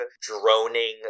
droning